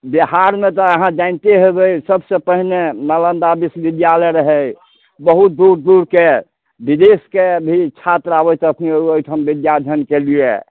बिहारमे तऽ अहाँ जानिते होयबै सबसँ पहिने नालन्दा बिश्बिद्यालय रहै बहुत दूर दूरके बिदेशके भी छात्र आबैत रहथिन ओहिठाम बिद्या अध्ययनके लिए